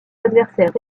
adversaires